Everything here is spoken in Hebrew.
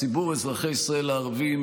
ציבור אזרחי ישראל הערבים,